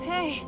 Hey